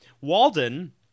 Walden